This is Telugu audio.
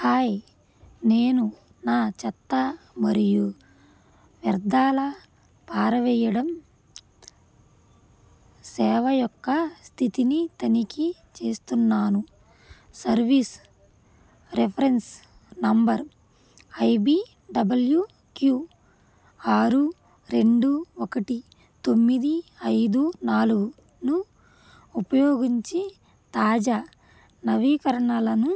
హాయ్ నేను నా చెత్త మరియు వ్యర్థాల పారవేయడం సేవ యొక్క స్థితిని తనిఖీ చేస్తున్నాను సర్వీస్ రెఫరెన్స్ నంబర్ ఐబిడబ్ల్యుక్యు ఆరు రెండు ఒకటి తొమ్మిది ఐదు నాలుగును ఉపయోగించి తాజా నవీకరణలను